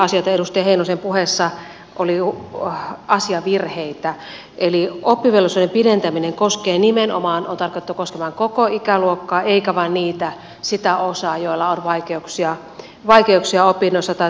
edustaja heinosen puheessa oli asiavirheitä eli oppivelvollisuuden pidentäminen on tarkoitettu koskemaan nimenomaan koko ikäluokkaa eikä vain sitä osaa jolla on vaikeuksia opinnoissa tai saada tutkinto